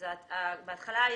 בהתחלה,